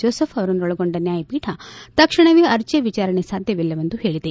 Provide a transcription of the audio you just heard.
Joseph ಅವರನ್ನೊಳಗೊಂಡ ನ್ನಾಯಪೀಠ ತಕ್ಷಣವೇ ಅರ್ಜಿ ವಿಚಾರಣೆ ಸಾಧ್ಯವಿಲ್ಲವೆಂದು ಹೇಳಿದೆ